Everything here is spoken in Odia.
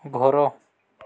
ଘର